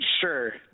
Sure